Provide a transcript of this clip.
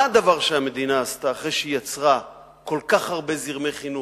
מה הדבר שהמדינה עשתה אחרי שהיא יצרה כל כך הרבה זרמי חינוך,